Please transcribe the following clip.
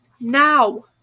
now